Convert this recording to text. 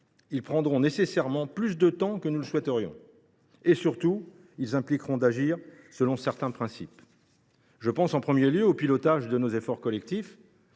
Cela prendra nécessairement plus de temps que nous ne le souhaiterions. Surtout, ils impliqueront d’agir selon certains principes. Je pense tout d’abord au pilotage de nos efforts collectifs.